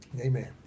Amen